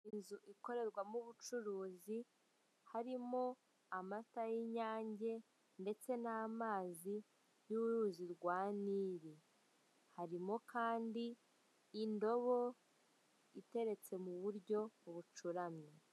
Inzu ikorerwamo ubucuruzi harimo amata y'inyange ndetse n'amazi y'uruzi rwa Nili. Harimo kandi indobo iteretse mu buryo bucuramye.